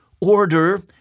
order